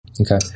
Okay